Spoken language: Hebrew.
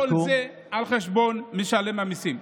וכל זה על חשבון משלם המיסים.